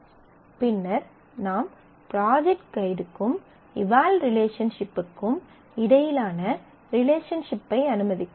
பின்னர் நாம் ப்ராஜெக்ட் ஃகைட்க்கும் எவல் ரிலேஷன்ஷிப்க்கும் இடையிலான ரிலேஷன்ஷிப்பை அனுமதிக்கிறோம்